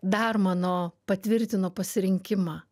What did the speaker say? dar mano patvirtino pasirinkimą